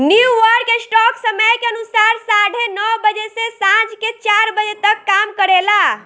New York stock समय के अनुसार साढ़े नौ बजे से सांझ के चार बजे तक काम करेला